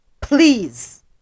please